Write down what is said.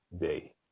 day